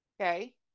okay